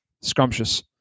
Scrumptious